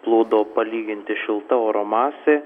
plūdo palyginti šilta oro masė